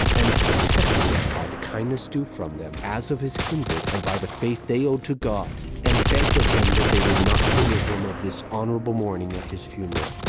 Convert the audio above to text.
and obtested them by the kindness due from them, as of his kindred, and by the faith they owed to god, and begged of them that they would not hinder him of this honorable mourning at his funeral.